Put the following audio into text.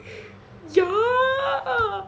ya